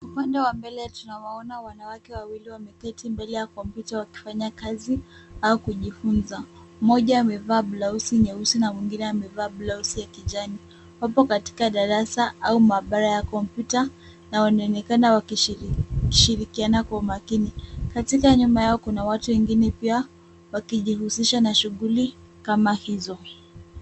Upande wa mbele tunawaona wanawake wawili wameketi mbele ya kompyuta wakifanya kazi au kujifunza. Mmoja amevaa blauzi nyeusi na mwingine amevaa blauzi ya kijani. Hapo katika darasa au maabara ya kompyuta na wanaonekana wakishirikiana kwa umakini. Katika nyuma yao kuna watu wengine pia wakijihusisha na shughuli hizo.